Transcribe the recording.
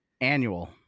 annual